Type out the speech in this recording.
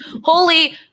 Holy